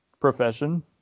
profession